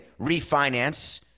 refinance